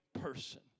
person